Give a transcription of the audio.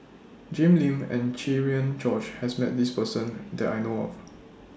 Jim Lim and Cherian George has Met This Person that I know of